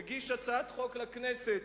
מגיש הצעת חוק לכנסת,